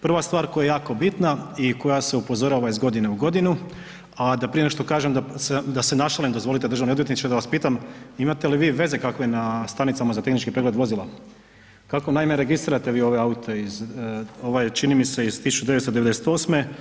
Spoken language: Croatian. Prva stvar koja je jako bitna i koja se upozorava iz godine u godinu, a da prije nego što kažem da se našalim, dozvolite državni odvjetniče da vas pitam, imate li vi veze kakve na stanicama za tehnički pregled vozila, kako naime registrirate vi ove aute ovaj je čini mi se iz 1998.